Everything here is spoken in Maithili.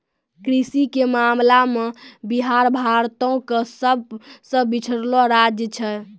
कृषि के मामला मे बिहार भारतो के सभ से पिछड़लो राज्य छै